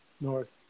north